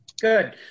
Good